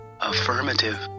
Affirmative